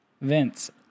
Vince